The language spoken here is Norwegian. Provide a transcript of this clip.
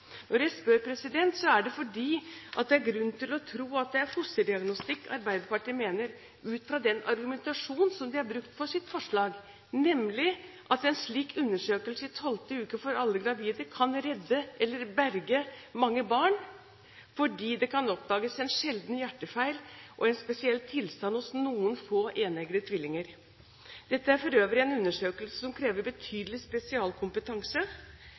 Når jeg spør, er det fordi det er grunn til å tro at det er fosterdiagnostikk Arbeiderpartiet mener, ut fra den argumentasjon de har brukt for sitt forslag, nemlig at en slik undersøkelse i 12. uke for alle gravide kan redde, eller berge, mange barn, fordi det kan oppdages en sjelden hjertefeil og en spesiell tilstand hos noen få eneggete tvillinger. Dette er for øvrig en undersøkelse som krever betydelig spesialkompetanse,